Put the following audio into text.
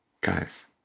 Guys